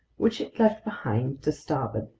which it left behind to starboard.